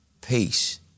peace